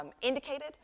indicated